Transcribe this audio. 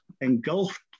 engulfed